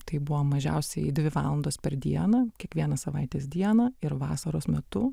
tai buvo mažiausiai dvi valandos per dieną kiekvieną savaitės dieną ir vasaros metu